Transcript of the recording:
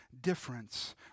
difference